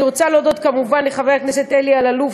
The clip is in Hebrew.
אני רוצה להודות כמובן לחבר הכנסת אלי אלאלוף,